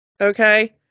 Okay